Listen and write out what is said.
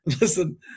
listen